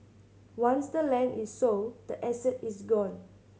once the land is sold the asset is gone